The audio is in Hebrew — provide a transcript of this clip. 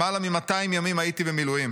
למעלה מ-200 ימים הייתי במילואים,